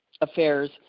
affairs